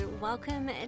welcome